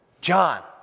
John